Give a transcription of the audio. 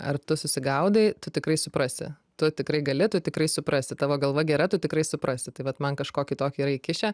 ar tu susigaudai tu tikrai suprasi tu tikrai gali tu tikrai suprasi tavo galva gera tu tikrai suprasi tai vat man kažkokį tokį yra įkišę